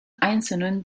einzelnen